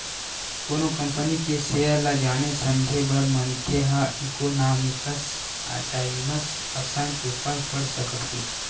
कोनो कंपनी के सेयर ल जाने समझे बर मनखे ह इकोनॉमिकस टाइमस असन पेपर पड़ सकत हे